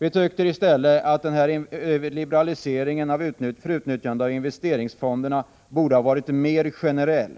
Vi tycker i stället att liberaliseringen av utnyttjandet av investeringsfonder borde ha varit mer generell